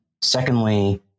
Secondly